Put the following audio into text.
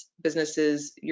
businesses